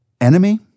Enemy